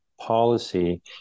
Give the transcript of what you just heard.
policy